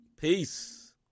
Peace